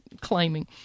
claiming